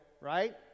right